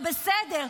יש מציאות,